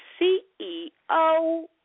CEO